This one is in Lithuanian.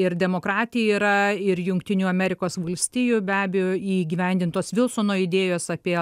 ir demokratija yra ir jungtinių amerikos valstijų be abejo įgyvendintos vilsono idėjos apie